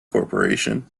corporation